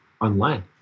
online